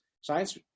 science